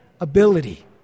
ability